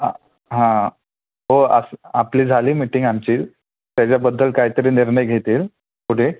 हां हां हो असं आपली झाली मीटिंग आमची त्याच्याबद्दल काही तरी निर्णय घेतील पुढे